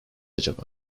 acaba